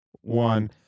One